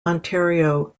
ontario